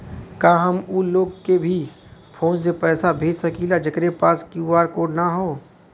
का हम ऊ लोग के भी फोन से पैसा भेज सकीला जेकरे पास क्यू.आर कोड न होई?